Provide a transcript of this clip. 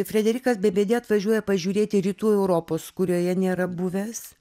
frederikas beigbede atvažiuoja pažiūrėti rytų europos kurioje nėra buvęs